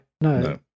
no